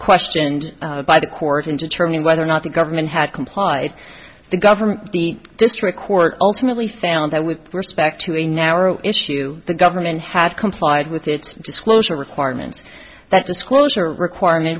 questioned by the court in determining whether or not the government had complied the government the district court ultimately found that with respect to a narrow issue the government had complied with its disclosure requirements that disclosure requirement